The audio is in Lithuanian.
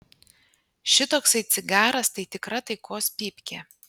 šitoksai cigaras tai tikra taikos pypkė